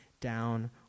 down